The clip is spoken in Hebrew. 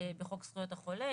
בחוק זכויות החולה,